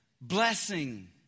blessing